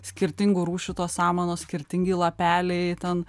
skirtingų rūšių tos samanos skirtingi lapeliai ten